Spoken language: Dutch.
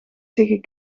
tegen